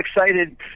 excited